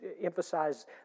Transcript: emphasize